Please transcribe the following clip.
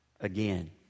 again